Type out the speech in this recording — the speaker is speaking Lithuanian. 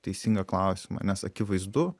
teisingą klausimą nes akivaizdu